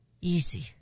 easy